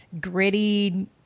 gritty